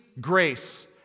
grace